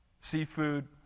seafood